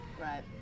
right